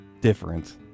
different